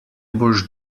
boš